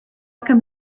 come